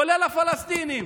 כולל הפלסטינים.